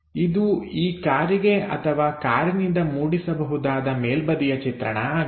ಇದು ಈ ಕಾರಿಗೆ ಅಥವಾ ಕಾರಿನಿಂದ ಮೂಡಿಸಬಹುದಾದ ಮೇಲ್ಬದಿಯ ಚಿತ್ರಣ ಆಗಿದೆ